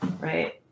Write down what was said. Right